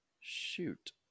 Shoot